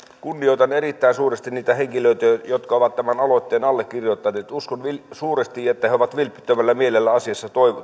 kunnioitan erittäin suuresti niitä henkilöitä jotka ovat tämän aloitteen allekirjoittaneet uskon suuresti että he ovat vilpittömällä mielellä asiassa